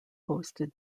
hosted